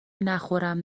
نخورم